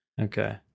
Okay